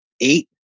eight